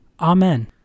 Amen